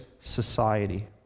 society